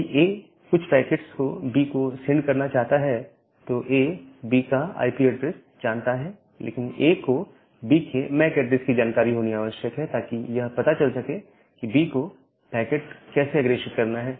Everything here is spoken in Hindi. यदि A कुछ पैकेट्स को B को सेंड करना चाहता है तो A B का आईपी ऐड्रेस जानता है लेकिन A को B के मैक एड्रेस की जानकारी होनी आवश्यक है ताकि यह पता चल सके कि B को पैकेट कैसे अग्रेषित करना है